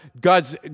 God's